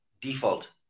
default